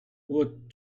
look